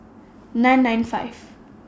nine nine five